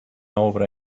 obra